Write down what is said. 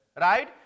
right